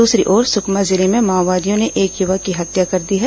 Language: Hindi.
दूसरी ओर सुकमा जिले में माओवादियों ने एक युवक की हत्या कर दी है